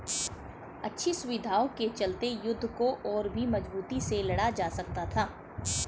अच्छी सुविधाओं के चलते युद्ध को और भी मजबूती से लड़ा जा सकता था